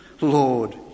Lord